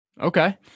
Okay